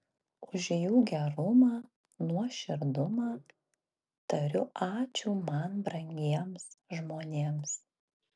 už jų gerumą nuoširdumą tariu ačiū man brangiems žmonėms